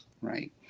right